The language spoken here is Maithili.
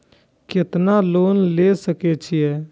केतना लोन ले सके छीये?